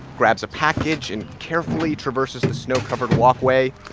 grabs a package and carefully traverses the snow-covered walkway.